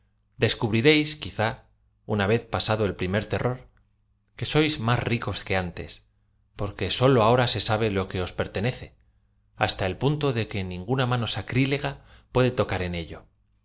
descubriréis quizá una v e z pagado el primer terror que sois más ricos que antes porque sólo ahora se sabe lo que os pertenece hasta el punto de que ninguna mano sacrilega puede tocar en ello